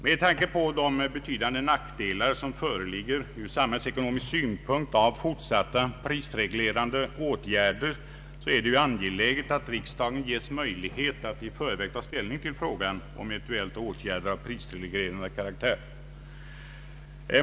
Med tanke på de betydande nackdelar som föreligger ur samhällsekonomisk synpunkt av en fortsatt prisreglering är det angeläget att riksdagen ges möjlighet att i förväg ta ställning till frågan om eventuella åtgärder av prisreglerande karaktär.